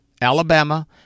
Alabama